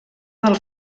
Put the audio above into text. del